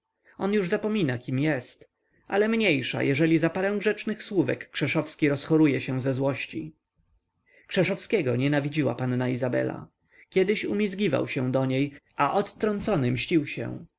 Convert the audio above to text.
on już zapomina kim jest ale mniejsza jeżeli za parę grzecznych słówek krzeszowski rozchoruje się ze złości krzeszowskiego nienawidziła panna izabela kiedyś umizgał się do niej a odtrącony mścił się